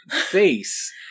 face